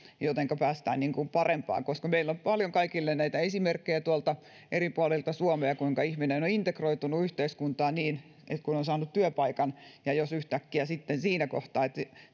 jotenka päästään parempaan meillä on paljon esimerkkejä eri puolilta suomea kuinka ihminen on integroitunut yhteiskuntaan kun on saanut työpaikan ja jos yhtäkkiä sitten siinä kohtaa